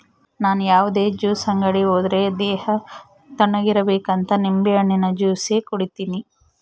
ನನ್ ಯಾವುದೇ ಜ್ಯೂಸ್ ಅಂಗಡಿ ಹೋದ್ರೆ ದೇಹ ತಣ್ಣುಗಿರಬೇಕಂತ ನಿಂಬೆಹಣ್ಣಿನ ಜ್ಯೂಸೆ ಕುಡೀತೀನಿ